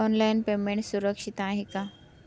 Online payment सुरक्षित आहे का?